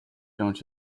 don’t